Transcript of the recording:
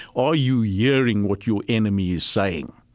are you yeah hearing what your enemy is saying?